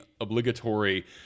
obligatory